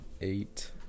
Eight